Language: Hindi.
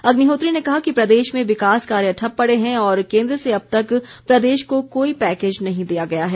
अग्निहोत्री ने कहा कि प्रदेश में विकास कार्य ठप्प पड़े हैं और केन्द्र से अब तक प्रदेश को कोई पैकेज नहीं दिया गया है